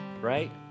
Right